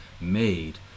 made